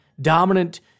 Dominant